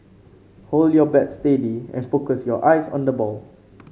hold your bat steady and focus your eyes on the ball